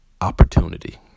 opportunity